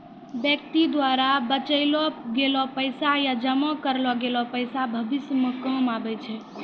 व्यक्ति द्वारा बचैलो गेलो पैसा या जमा करलो गेलो पैसा भविष्य मे काम आबै छै